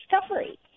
discovery